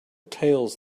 tales